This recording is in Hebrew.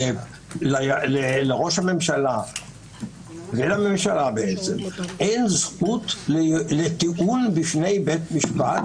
שלראש הממשלה ולממשלה אין זכות לטיעון בפני בית משפט,